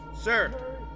Sir